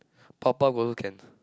powerpuff also can